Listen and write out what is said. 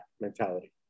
mentality